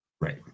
Right